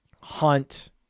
Hunt